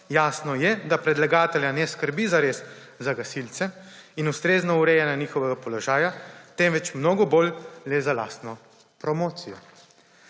Jasno je, da predlagatelja ne skrbi zares za gasilce in ustrezno urejanje njihovega položaja, temveč mnogo bolj le za lastno promocijo.